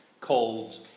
called